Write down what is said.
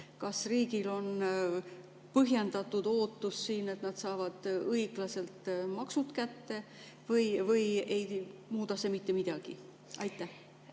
Kas riigil on põhjendatud ootus, et saadakse õiglaselt maksud kätte, või ei muuda see mitte midagi? Aitäh